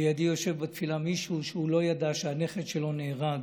ולידי יושב בתפילה מישהו שלא ידע שהנכד שלו נהרג.